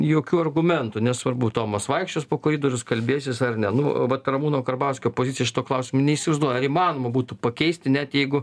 jokių argumentų nesvarbu tomas vaikščios po koridorius kalbėsis ar ne nu vat ramūno karbauskio poziciją šituo klausimu neįsivaizduoju ar įmanoma būtų pakeisti net jeigu